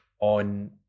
on